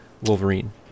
Wolverine